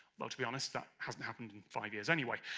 well, to be honest, that hasn't happened in five years anyway.